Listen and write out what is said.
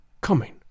coming